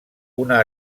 una